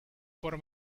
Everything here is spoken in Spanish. por